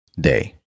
Day